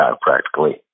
practically